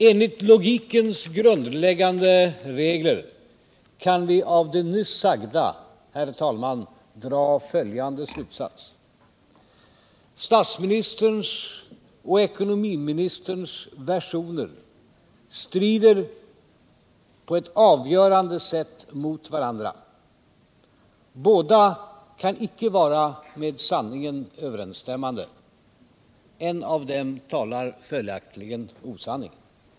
Enligt logikens grundläggande regler kan vi av det nyss sagda dra följande slutsats: Statsministerns och ekonomiministerns versioner strider på ett avgörande sätt mot varandra. Båda kan icke vara med sanningen överensstämmande. En av dem talar följaktligen osanning.